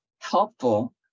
helpful